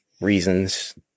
reasons